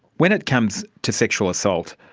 when it comes to sexual assault,